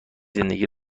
زندگی